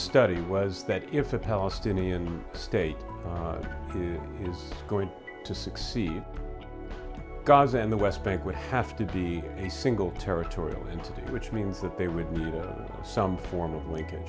study was that if a palestinian state is going to succeed gaza and the west bank would have to be a single territorial into which means that they would need some form of l